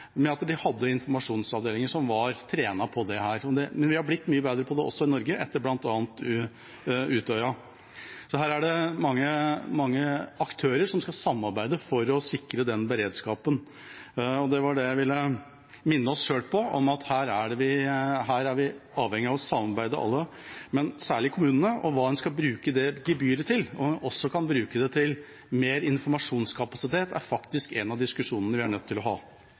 med at de hadde informasjonsavdelinger som var trent på dette, men vi har blitt mye bedre på det også i Norge, etter bl.a. Utøya. Så her er det mange aktører som skal samarbeide for å sikre den beredskapen. Det var det jeg ville minne oss selv på, at her er vi alle avhengige av å samarbeide, og særlig kommunene, om hva en skal bruke det gebyret til. Om en også kan bruke det til mer informasjonskapasitet, er faktisk en av diskusjonene vi er nødt til å ha.